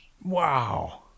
Wow